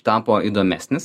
tapo įdomesnis